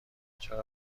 چرا